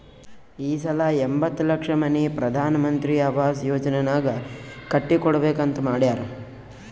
ಈ ವರ್ಷ ಎಂಬತ್ತ್ ಲಕ್ಷ ಮನಿ ಪ್ರಧಾನ್ ಮಂತ್ರಿ ಅವಾಸ್ ಯೋಜನಾನಾಗ್ ಕಟ್ಟಿ ಕೊಡ್ಬೇಕ ಅಂತ್ ಮಾಡ್ಯಾರ್